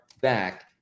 back